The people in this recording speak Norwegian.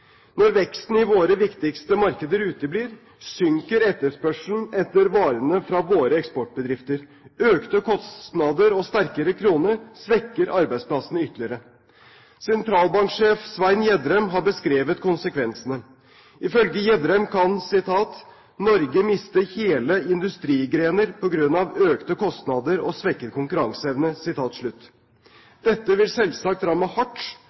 Når veksten i våre viktigste markeder uteblir, synker etterspørselen etter varene fra våre eksportbedrifter. Økte kostnader og sterkere krone svekker arbeidsplassene ytterligere. Sentralbanksjef Svein Gjedrem har beskrevet konsekvensene. Ifølge Gjedrem kan Norge miste hele industrigrener på grunn av økte kostnader og svekket konkurranseevne. Dette vil selvsagt ramme hardt